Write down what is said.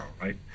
right